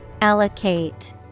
Allocate